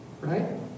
right